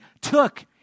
took